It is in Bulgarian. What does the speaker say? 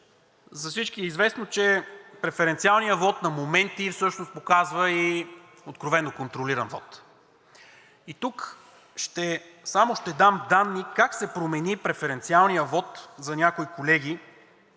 За всички е известно, че преференциалният вот на моменти всъщност показва и откровено контролиран вот. И тук само ще дам данни как се промени преференциалният вот за някои колеги